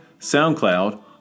SoundCloud